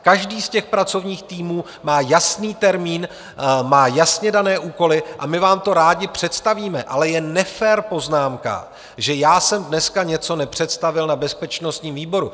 Každý z těch pracovních týmů má jasný termín, má jasně dané úkoly a my vám to rádi představíme, ale je nefér poznámka, že jsem dneska něco nepředstavil na bezpečnostním výboru.